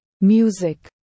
Music